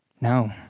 No